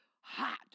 Hot